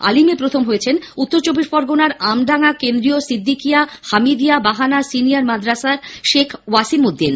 আলিমে প্রথম হয়েছেন উত্তর চব্বিশ পরগনার আমডাঙ্গা কেন্দ্রীয় সিদ্দিকিয়া হামিদিয়া বাহানা সিনিয়র মাদ্রাসার সেখ ওয়াসিমউদ্দিন